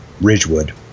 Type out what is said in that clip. Ridgewood